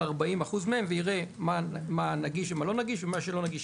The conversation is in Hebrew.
40% מהם ויראה מה נגיש ומה לא נגיש ומה שלא נגיש,